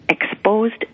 exposed